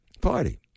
party